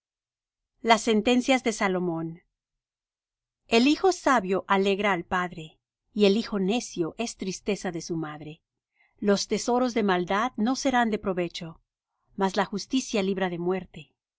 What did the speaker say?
las sentencias de salomón el hijo sabio alegra al padre y el hijo necio es tristeza de su madre los tesoros de maldad no serán de provecho mas la justicia libra de muerte